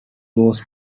was